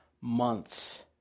months